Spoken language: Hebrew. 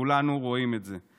כולנו רואים את זה.